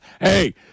Hey